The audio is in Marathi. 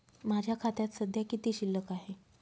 माझ्या खात्यात सध्या किती शिल्लक आहे?